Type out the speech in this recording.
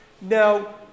Now